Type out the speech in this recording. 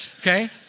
okay